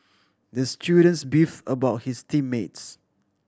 the students beefed about his team mates